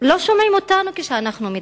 לא שומע אותנו כשאנחנו מדברים.